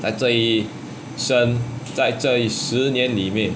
在这一生在这一十年里面